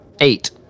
eight